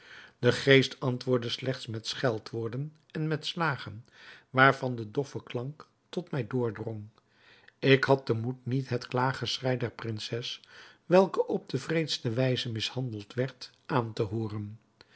de geest antwoordde slechts met scheldwoorden en met slagen waarvan de doffe klank tot mij doordrong ik had den moed niet het klaaggeschrei der prinses welke op de wreedste wijze mishandeld werd aan te hooren